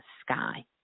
sky